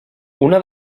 una